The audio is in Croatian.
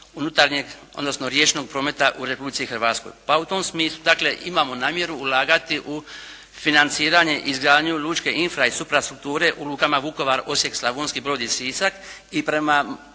unutarnje odnosno riječnog prometa u Republici Hrvatskoj. Pa u tom smislu, dakle imamo namjeru ulagati u financiranje izgradnju lučke infra i suprastrukture u lukama Vukovar, Osijek, Slavonski Brod i Sisak i prema